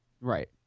Right